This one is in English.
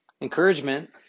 Encouragement